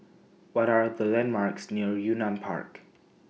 What Are The landmarks near Yunnan Park